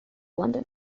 london